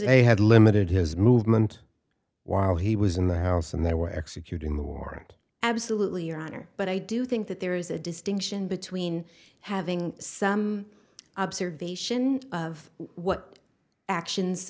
a had limited his movement while he was in the house and there were executing the warrant absolutely your honor but i do think that there is a distinction between having some observation of what actions